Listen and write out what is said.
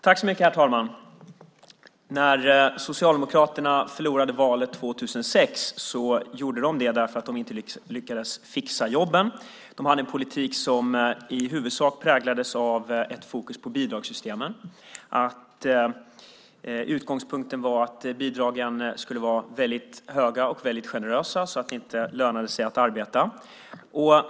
Herr talman! När Socialdemokraterna förlorade valet 2006 gjorde de det därför att de inte lyckades fixa jobben. De hade en politik som i huvudsak präglades av fokus på bidragssystemen. Utgångspunkten var att bidragen skulle vara väldigt höga och väldigt generösa så att det inte lönade sig att arbeta.